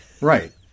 Right